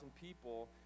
people